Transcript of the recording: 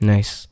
Nice